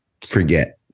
forget